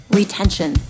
retention